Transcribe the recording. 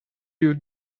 you